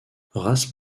race